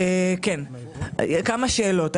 כמה שאלות.